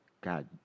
God